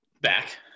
back